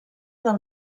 del